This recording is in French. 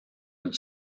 une